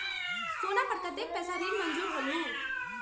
सोना पर कतेक पैसा ऋण मंजूर होलहु?